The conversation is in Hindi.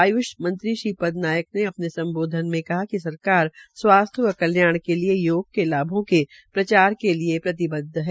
आयुष मंत्री श्रीपद नायक ने अपने सम्बोधन में कहा कि सरकार स्वास्थ्य व कल्याण के लिये योग के लाभों के प्रचार के लिये प्रतिबद्व है